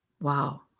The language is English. Wow